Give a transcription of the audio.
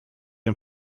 him